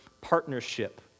partnership